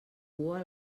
cua